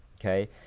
Okay